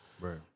Right